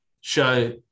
show